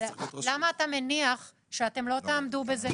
למה אתה מניח שאתם לא תעמדו בזה?